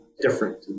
different